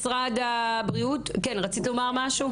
משרד הבריאות, בבקשה.